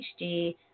HD